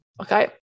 okay